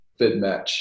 FitMatch